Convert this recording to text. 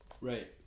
Right